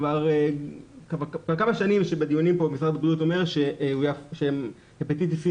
כבר כמה שנים שבדיונים פה משרד הבריאות אומר שהפטיטיס סי